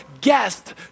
guest